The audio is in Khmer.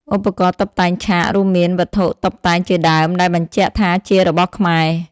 ឧបករណ៍តុបតែងឆាក រួមមានវត្ថុតុបតែងជាដើមដែលបញ្ជាក់ថាជារបស់ខ្មែរ។